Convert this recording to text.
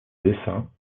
dessin